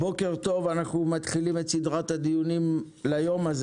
בוקר טוב, אנו מתחילים את סדרת הדיונים ליום הזה